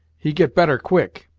he get better quick.